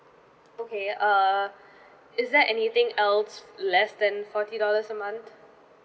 okay err is there anything else less than forty dollars a month